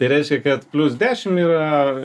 tai reiškia kad plius dešim yra